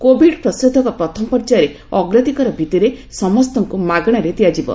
Covid ପ୍ରତିଷେଧକ ପ୍ରଥମ ପର୍ଯ୍ୟାୟରେ ଅଗ୍ରାଧିକାର ଭିତ୍ତିରେ ସମସ୍ତଙ୍କୁ ମାଗଣାରେ ଦିଆଯିବ